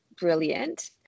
brilliant